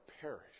perish